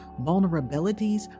vulnerabilities